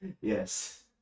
yes